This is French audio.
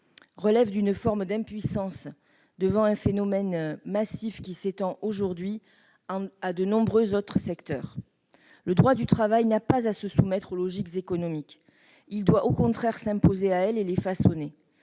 relève d'une forme d'impuissance devant un phénomène massif et qui s'étend aujourd'hui à de nombreux secteurs. Pourtant, le droit du travail n'a pas à se soumettre aux logiques économiques : il doit au contraire s'imposer à elles et les façonner